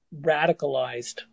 radicalized